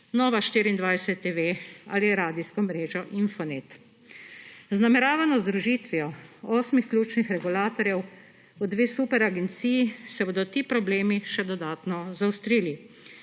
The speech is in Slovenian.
Nova24TV ali radijska mrežo Infonet. Z nameravano združitvijo osmih ključnih regulatorjev v dve super agenciji se bodi ti problemi še dodatno zaostrili.